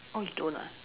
oh you don't ah